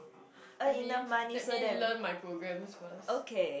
I mean let me learn my programs first